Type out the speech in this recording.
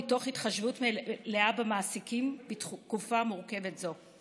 מתוך התחשבות מלאה במעסיקים בתקופה מורכבת זו.